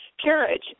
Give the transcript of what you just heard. Carriage